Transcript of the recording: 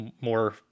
more